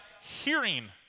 hearing